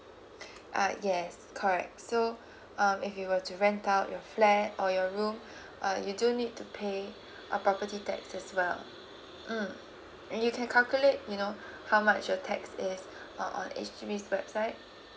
uh yes correct so um if you were to rent out your flat or your room uh you do need to pay a property tax as well mm and you can calculate you know how much your tax is uh on H_D_B websites